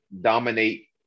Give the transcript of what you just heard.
dominate